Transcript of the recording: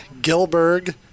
Gilberg